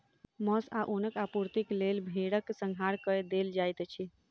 मौस आ ऊनक आपूर्तिक लेल भेड़क संहार कय देल जाइत अछि